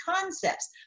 concepts